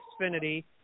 Xfinity